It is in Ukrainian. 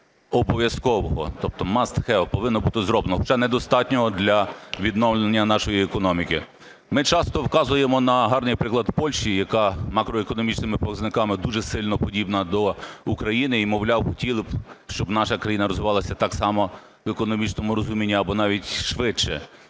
обов'язкового, тобто mast have (повинно бути зроблено), хоча недостатнього для відновлення нашої економіки. Ми часто вказуємо на гарний приклад Польщі, яка макроекономічними показними дуже сильно подібна до України і, мовляв, хотіли б, щоб наша країна розвивалася так само в економічному розумінні або навіть швидше.